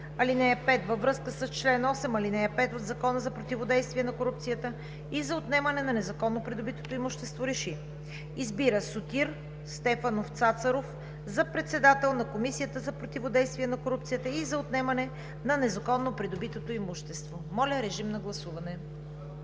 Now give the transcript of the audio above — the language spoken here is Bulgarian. ал. 5 във връзка с чл. 8, ал. 5 от Закона за противодействие на корупцията и за отнемане на незаконно придобитото имущество РЕШИ: Избира Симеон Георгиев Найденов за председател на Комисията за противодействие на корупцията и за отнемане на незаконно придобитото имущество.“ Гласували